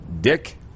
Dick